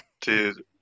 Dude